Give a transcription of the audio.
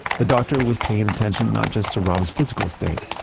the doctor was paying attention, not just to rob's physical state,